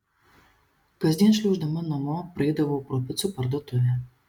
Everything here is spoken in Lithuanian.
kasdien šliauždama namo praeidavau pro picų parduotuvę